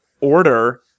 order